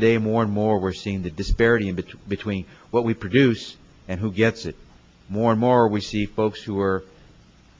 today more and more we're seeing the disparity between between what we produce and who gets it more and more we see folks who are